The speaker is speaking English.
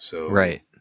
Right